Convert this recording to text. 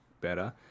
better